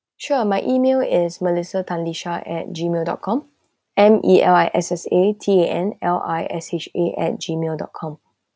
sure my email is melissa tan lisha at gmail dot com M E L I S S A T A N L I S H A at gmail dot com